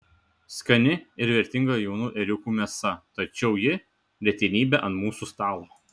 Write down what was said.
skani ir vertinga jaunų ėriukų mėsa tačiau ji retenybė ant mūsų stalo